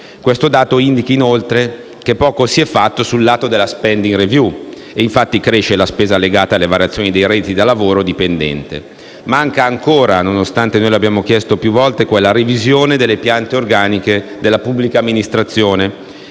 Questo dato indica, inoltre, che poco si è fatto sul lato della *spending review* ed infatti cresce la spesa legata alle variazioni dei redditi da lavoro dipendente. Manca ancora, nonostante noi l'avessimo chiesta più volte, quella revisione delle piante organiche della pubblica amministrazione,